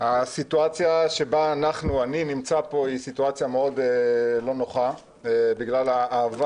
הסיטואציה שאני נמצא בה היא לא נוחה בגלל האהבה